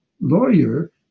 lawyer